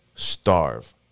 starve